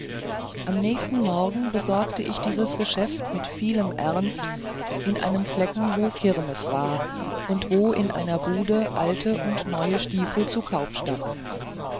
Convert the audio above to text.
am nächsten morgen besorgte ich dieses geschäft mit vielem ernst in einem flecken wo kirmeß war und wo in einer bude alte und neue stiefel zu kauf standen